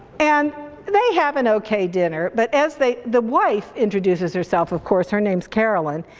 and they have an okay dinner, but as they, the wife introduces herself of course, her name's caroline.